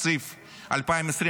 תקציב 2025,